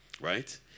right